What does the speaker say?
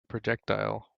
projectile